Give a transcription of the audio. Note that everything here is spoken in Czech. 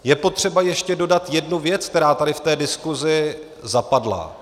Je potřeba ještě dodat jednu věc, která tady v té diskusi zapadla.